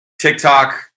TikTok